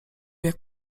jak